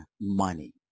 money